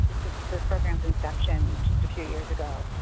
since the program's inception just a few years ago.